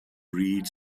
read